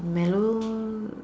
mellow